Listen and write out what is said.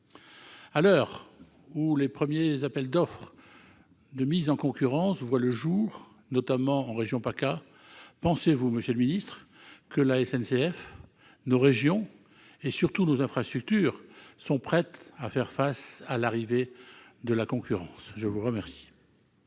À l'heure où les premiers appels d'offres de mise en concurrence voient le jour, notamment en région PACA, pensez-vous, monsieur le secrétaire d'État, que la SNCF, nos régions et, surtout, nos infrastructures soient prêtes à faire face à l'arrivée de la concurrence ? La parole